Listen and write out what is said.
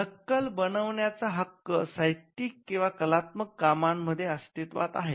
नक्कल बनविण्याचा हक्क साहित्यिक किंवा कलात्मक कामांमध्ये अस्तित्त्वात आहे